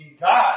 God